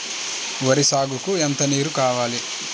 వరి సాగుకు ఎంత నీరు కావాలి?